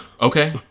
Okay